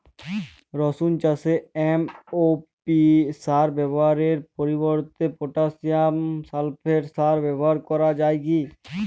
রসুন চাষে এম.ও.পি সার ব্যবহারের পরিবর্তে পটাসিয়াম সালফেট সার ব্যাবহার করা যায় কি?